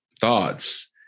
thoughts